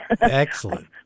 Excellent